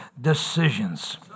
decisions